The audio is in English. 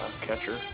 catcher